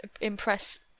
impress